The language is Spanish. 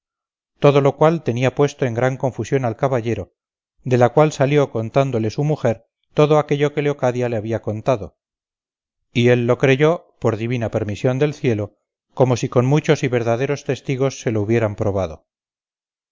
todo lo cual tenía puesto en gran confusión al caballero de la cual salió contándole su mujer todo aquello que leocadia le había contado y él lo creyó por divina permisión del cielo como si con muchos y verdaderos testigos se lo hubieran probado